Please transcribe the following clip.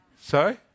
Sorry